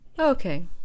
okay